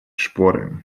шпоры